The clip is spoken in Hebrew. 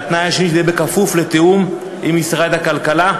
והתנאי השני הוא שזה יהיה כפוף לתיאום עם משרד הכלכלה.